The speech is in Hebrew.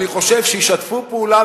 אני חושב שישתפו פעולה,